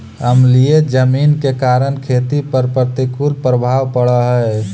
अम्लीय जमीन के कारण खेती पर प्रतिकूल प्रभाव पड़ऽ हइ